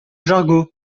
jargeau